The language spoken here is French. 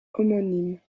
homonyme